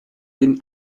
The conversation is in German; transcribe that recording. den